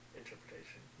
interpretation